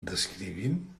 descrivint